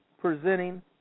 presenting